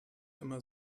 immer